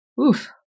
oof